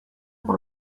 por